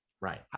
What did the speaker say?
right